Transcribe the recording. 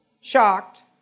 Shocked